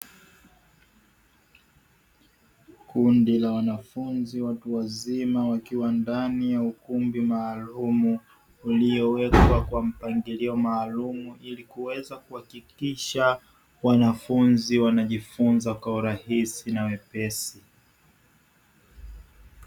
Kundi la wanafunzi watu wazima wakiwa ndani na ukumbi maalumu, uliyowekwa kwa mpangilio maalumu, ili kuweza kuhakikisha wanafunzi wanajifunza kwa urahisi na wepesi.